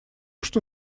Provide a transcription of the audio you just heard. что